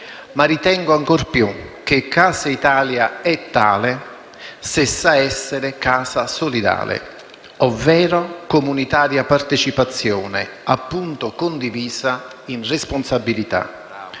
Ma ritengo ancor più che Casa Italia è tale se sa essere casa solidale, ovvero comunitaria partecipazione, appunto condivisa, in responsabilità.